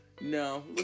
No